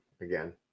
again